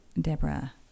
Deborah